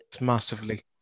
massively